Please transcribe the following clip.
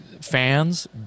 fans